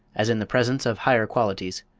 as in the presence of higher qualities.